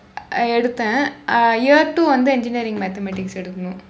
அது எடுத்தேன்:athu eduththeen err year two வந்து:vanthu engineering mathematics எடுக்கணும்:edukkanum